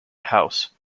house